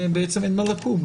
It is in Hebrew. אני נועל את הישיבה.